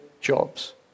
jobs